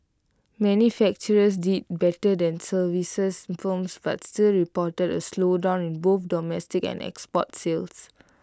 manufacturers did better than services firms but still reported A slowdown in both domestic and export sales